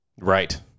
Right